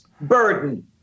burden